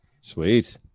sweet